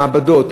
מעבדות,